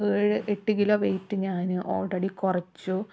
ഒരു ഏഴ് എട്ട് കിലോ വെയ്റ്റ് ഞാൻ ഓൾ റെഡി കുറച്ചു